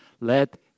Let